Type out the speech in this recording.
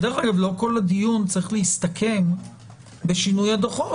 לא כל דיון צריך להסתכם בשינוי הדוחות.